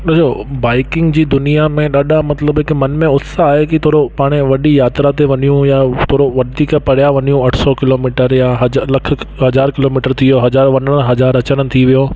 ॾिसो बाईकींग जी दुनिया में ॾाढा मतलबु हिकु मन में उत्साह आहे की थोरो पाण वॾी यात्रा ते वञूं यां थोरो वधीक परियां वञूं अठि सौ किलोमीटर यां हज़ार लख हज़ार किलोमीटर थी वियो हज़ार वञिणो हज़ार अचणु थी वियो